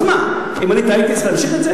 אז מה, אם אני טעיתי צריך להמשיך את זה?